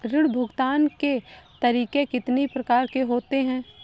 ऋण भुगतान के तरीके कितनी प्रकार के होते हैं?